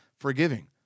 forgiving